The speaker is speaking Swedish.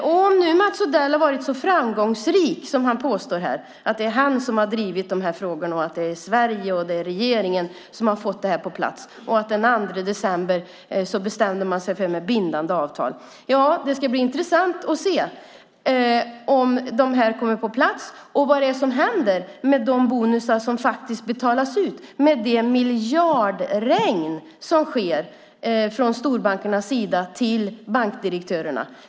Mats Odell påstår att han har varit så framgångsrik, att det är han som har drivit de här frågorna och att det är Sverige och regeringen som har fått det här på plats, och den 2 december bestämde man sig för bindande avtal. Ja, det ska bli intressant att se om de kommer på plats och vad som händer med de bonusar som betalas ut, med det miljardregn som sker från storbankernas sida till bankdirektörerna.